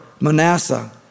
Manasseh